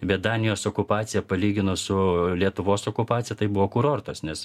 bet danijos okupacija palyginus su lietuvos okupacija tai buvo kurortas nes